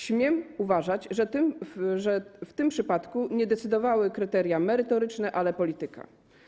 Śmiem uważać, że w tym przypadku nie decydowały kryteria merytoryczne, ale polityka.